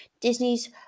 Disney's